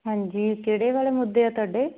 ਹਾਂਜੀ ਕਿਹੜੇ ਵਾਲੇ ਮੁੱਦੇ ਆ ਤੁਹਾਡੇ